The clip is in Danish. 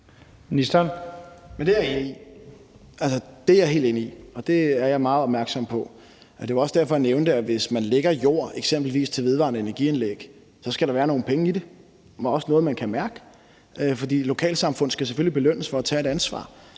det er jeg helt enig i, og det er jeg meget opmærksom på. Det var også derfor, at jeg nævnte, at hvis man lægger jord til eksempelvis vedvarende energi-anlæg, skal der være nogle penge i det, også noget, man kan mærke. For lokalsamfund skal selvfølgelig belønnes for at tage et ansvar.